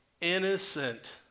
innocent